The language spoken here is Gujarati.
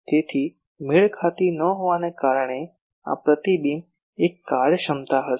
તેથી મેળ ખાતી ન હોવાને કારણે આ પ્રતિબિંબ એક કાર્યક્ષમતા હશે